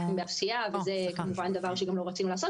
בפסיעה וזה כמובן דבר שאנחנו לא רוצים לעשות